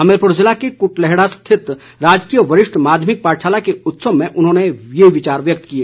हमीरपुर जिले के कुलहैड़ा स्थित राजकीय वरिष्ठ माध्यमिक पाठशाला क उत्सव में उन्होंने ये विचार व्यक्त किए